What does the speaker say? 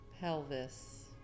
pelvis